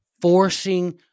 forcing